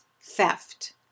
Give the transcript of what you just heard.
theft